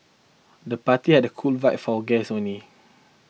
the party had a cool why for guests only